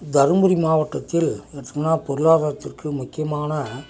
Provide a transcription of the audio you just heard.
தருமபுரி மாவட்டத்தில் எடுத்துக்கினா பொருளாதாரத்திற்கு முக்கியமான